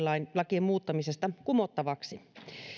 lakien muuttamisesta